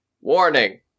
warning